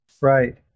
Right